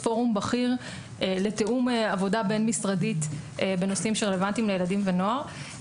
פורום בכיר לתיאום עבודה בין-משרדית בנושאים שרלוונטיים לילדים ונוער.